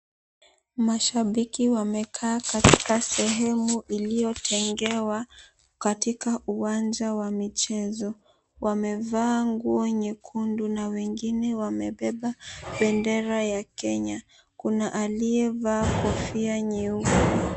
Mashabiki wamekaa katika sehemu iliyotengewa katika uwanja wa michezo wamevaa nguo nyekundu na wengine wamebeba bendera ya Kenya kuna aliyevaa kofia nyeupe.